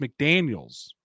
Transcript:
McDaniels